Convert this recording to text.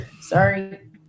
Sorry